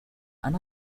han